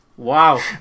Wow